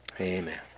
Amen